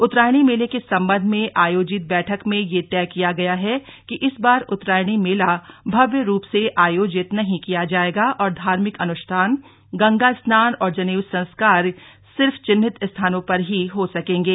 उत्तरायणी मेले के सम्बन्ध में आयोजित बैठक में यह तय किया गया है कि इस बार उत्तरायणी मेला भव्य रूप से आयोजित नहीं किया जाएगा और धार्मिक अनुष्ठान गंगा स्नान और जनेऊ संस्कार आदि सिर्फ चिह्नित स्थानों पर ही हो सकेंगे